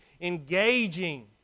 engaging